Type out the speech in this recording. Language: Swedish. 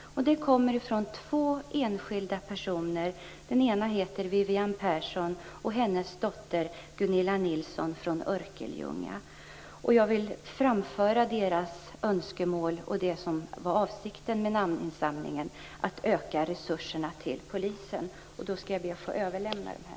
Den är från två enskilda personer, den ena Viviann Persson och den andra hennes dotter Gunilla Nilsson, från Örkelljunga. Jag vill framföra deras önskemål, det som var avsikten med namninsamlingen, att öka resurserna till polisen. Jag skall be att få överlämna den.